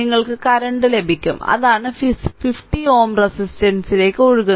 നിങ്ങൾക്ക് കറന്റ് ലഭിക്കും അതാണ് 50 Ω റെസിസ്റ്റൻസിലേക്ക് ഒഴുകുന്നത്